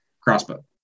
crossbow